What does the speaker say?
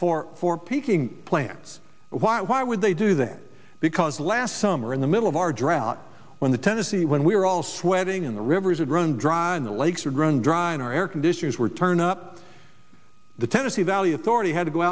for for peaking plants why would they do that because last summer in the middle of our drought when the tennessee when we were all sweating in the rivers would run dry in the lakes would run dry in our air conditioners were turned up the tennessee valley authority had to go